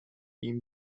ihm